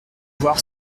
voir